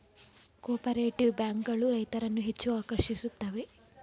cooperative bank ಗಳು ರೈತರನ್ನು ಹೆಚ್ಚು ಆಕರ್ಷಿಸುತ್ತವೆ